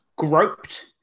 Groped